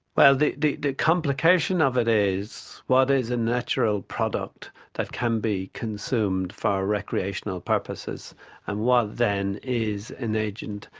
well, the the complication of it is what is a natural product that can be consumed for recreational purposes and what then is an agent,